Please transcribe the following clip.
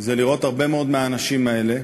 זה לראות הרבה מאוד מהאנשים האלה,